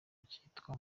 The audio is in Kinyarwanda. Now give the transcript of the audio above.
ryitwa